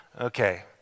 okay